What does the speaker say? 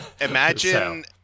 Imagine